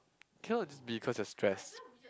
cannot just be cause of stress